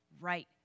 right